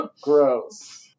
Gross